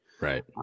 Right